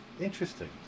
Interesting